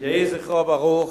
יהי זכרו ברוך.